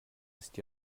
ist